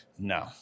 No